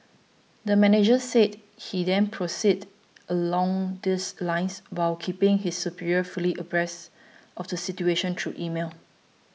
the manager said he then proceeded along these lines while keeping his superiors fully abreast of the situation through email